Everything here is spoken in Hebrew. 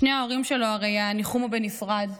שני ההורים שלו, הרי הניחום הוא בנפרד,